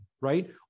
right